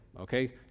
Okay